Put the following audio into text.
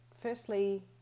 Firstly